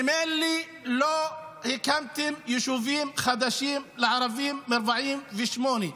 ממילא לא הקמת יישובים חדשים לערבים מ-48',